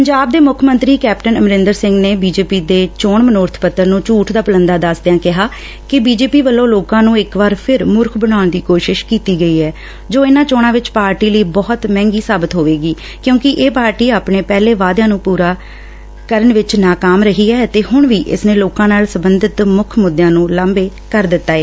ਪੰਜਾਬ ਦੇ ਮੁੱਖ ਮੰਤਰੀ ਕੈਪਟਨ ਅਮਰਿੰਦਰ ਸਿੰਘ ਨੇ ਬੀ ਜੇ ਪੀ ਦੇ ਚੋਣ ਮਨੋਰਥ ਪੱਤਰ ਨੂੰ ਝੂਠ ਦਾ ਪੁਲੰਦਾ ਦਸਦਿਆ ਕਿਹਾ ਕਿ ਬੀ ਜੇ ਪੀ ਵੱਲੋਂ ਲੋਕਾਂ ਨੂੰ ਇਕ ਵਾਰ ਫਿਰ ਮੂਰਖ ਬਣਾਉਣ ਦੀ ਕੋਸ਼ਿਸ਼ ਕੀਤੀ ਗਈ ਐ ਜੋ ਇਨੂਾਂ ਚੋਣਾਂ ਵਿਚ ਪਾਰਟੀ ਲਈ ਬਹੁਤ ਮੁਹਿੰਗੀ ਸਾਬਤ ਹੋਵੇਗੀ ਕਿਉਂਕਿ ਇਹ ਪਾਰਟੀ ਆਪਣੇ ਪਹਿਲੇ ਵਾਅਦਿਆਂ ਨੂੰ ਪੂਰਾ ਕਰਨ ਵਿਚ ਨਾਕਾਮ ਰਹੀ ਏ ਅਤੇ ਹੁਣ ਵੀ ਇਸ ਨੇ ਲੋਕਾਂ ਨਾਲ ਸਬੰਧਤ ਮੁੱਖ ਮੁੱਦਿਆਂ ਨੂੰ ਲਾਂਭੇ ਕਰ ਦਿੱਤੈ